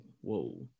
whoa